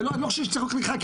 ואני לא חושב שצריך חקיקה,